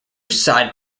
side